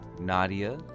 Nadia